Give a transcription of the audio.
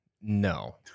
No